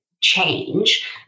change